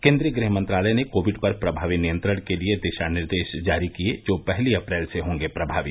केन्द्रीय गृह मंत्रालय ने कोविड पर प्रभावी नियंत्रण के लिए दिशा निर्देश जारी किये जो पहली अप्रैल से होंगे प्रभावी